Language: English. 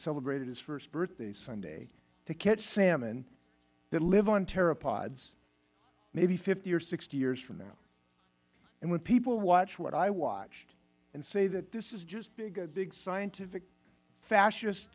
celebrated his first birthday sunday to catch salmon that live on pteropods maybe fifty or sixty years from now and when people watch what i watched and say that this is just a big scientific fascist